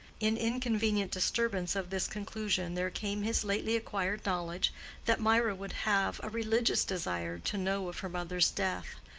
in inconvenient disturbance of this conclusion there came his lately-acquired knowledge that mirah would have a religious desire to know of her mother's death,